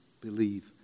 believe